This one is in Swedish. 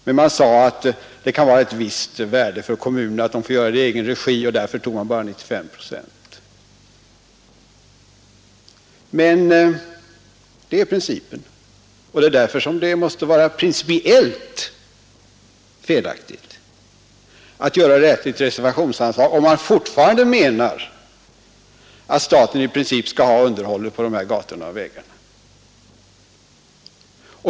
Men det sades att det kunde vara av ett visst värde för kommunerna att få göra detta i egen regi, och därför skulle statsbidrag utgå till bara 95 procent. Det måste därför vara principiellt felaktigt att ändra detta anslag till ett reservationsanslag, om man fortfarande menar att staten i princip skall svara för underhållet av dessa gator och vägar.